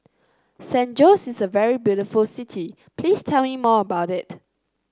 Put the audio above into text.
San Jose is a very beautiful city please tell me more about it